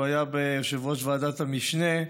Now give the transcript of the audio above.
הוא היה יושב-ראש ועדת המשנה,